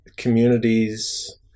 communities